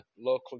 local